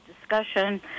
discussion